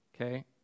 okay